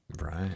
Right